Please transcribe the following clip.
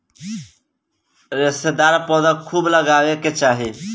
रेशेदार पौधा खूब लगावे के चाही